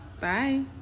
bye